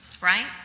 Right